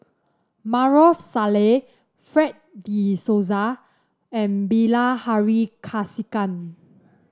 Maarof Salleh Fred De Souza and Bilahari Kausikan